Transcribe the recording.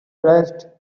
dressed